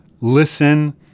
listen